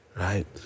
right